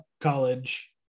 college